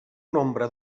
nombre